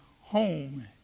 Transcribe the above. home